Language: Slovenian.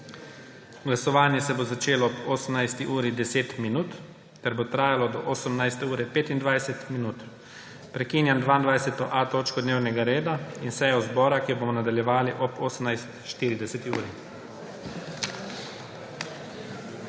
Glasovanje se bo začelo ob 18.10 ter bo trajalo do 18.25. Prekinjam 22. točko dnevnega reda in sejo zbora, ki jo bomo nadaljevali ob 18.40.